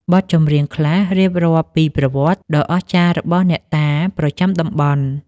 បទចម្រៀងខ្លះរៀបរាប់ពីប្រវត្តិដ៏អស្ចារ្យរបស់អ្នកតាប្រចាំតំបន់។